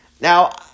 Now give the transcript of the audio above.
Now